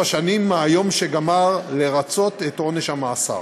שנים מהיום שגמר לרצות את עונש המאסר".